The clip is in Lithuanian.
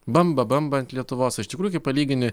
bamba bamba ant lietuvos iš tikrųjų kai palygini